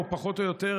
או פחות או יותר,